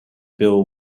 bill